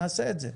נעשה את זה.